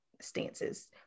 stances